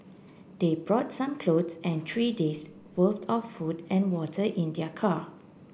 they brought some clothes and three days' worth of food and water in their car